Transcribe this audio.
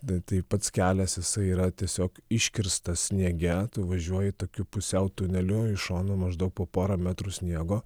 bet tai pats kelias jisai yra tiesiog iškirstas sniege tu važiuoji tokiu pusiau tuneliu iš šono maždaug po porą metrų sniego